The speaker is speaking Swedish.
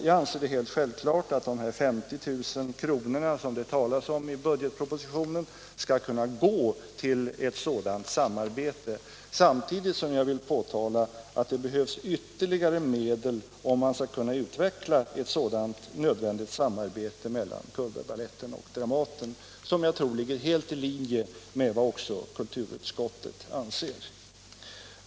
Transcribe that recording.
Jag anser det helt självklart att de 50 000 kronor som det talas om i budgetpropositionen skall kunna gå till ett sådant samarbete, samtidigt som jag vill påpeka att det behövs ytterligare medel för att ett sådant nödvändigt samarbete mellan Cullbergbaletten och Dramaten skall kunna utvecklas, vilket jag tror ligger helt i linje med vad även kulturutskottet anser.